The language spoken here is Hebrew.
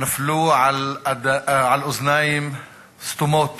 נפלו על אוזניים סתומות